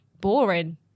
boring